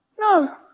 No